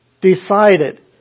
decided